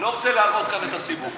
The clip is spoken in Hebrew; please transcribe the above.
אני לא רוצה להלאות כאן את הציבור.